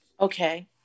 Okay